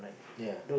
ya